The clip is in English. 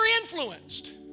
influenced